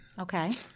Okay